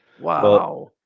Wow